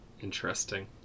interesting